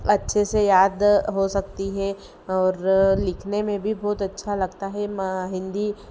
अच्छे से याद हो सकती है और लिखने में भी बहुत अच्छा लगता है हिंदी